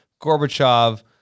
gorbachev